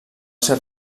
ser